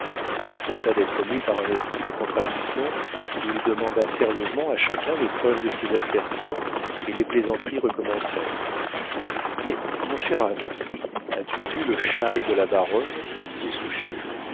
il affecta d'être mû par un esprit de contradiction il demanda sérieusement à chacun les preuves de ses assertions et les plaisanteries recommencèrent mais mon cher ami as-tu vu le châle de la baronne disait souchet